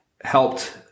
helped